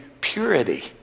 purity